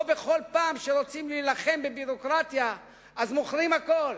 לא בכל פעם שרוצים להילחם בביורוקרטיה מוכרים הכול.